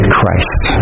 Christ